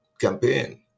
campaign